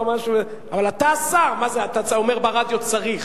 אבל אתה שר, מה אתה אומר ברדיו "צריך"?